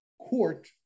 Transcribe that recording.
court